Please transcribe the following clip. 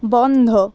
বন্ধ